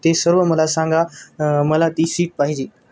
ते सर्व मला सांगा मला ती सीट पाहिजे